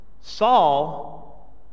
Saul